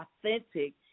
authentic